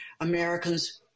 Americans